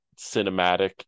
cinematic